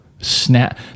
Snap